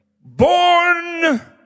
Born